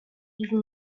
even